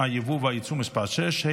הייבוא והייצוא (מס' 6),